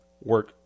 work